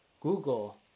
Google